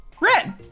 red